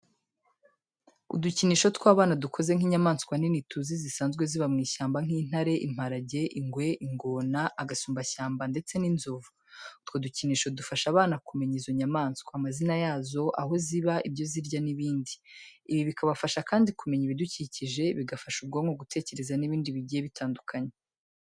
Udukinisho tw'abana dukoze nk'inyamaswa nini tuzi zisanzwe ziba mu ishyamba nk'intare, imparage, ingwe, ingona, agasumbashyamba ndetse n'inzovu. Utwo dukinisho dufasha abana kumenya izo nyamaswa, amazina yazo, aho ziba, ibyo zirya n'ibindi. Ibi bikabafasha kandi kumenya ibidukikije, bigafasha ubwonko gutekereza n'ibindi bigiye bitandukanye.